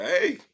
hey